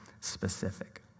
specific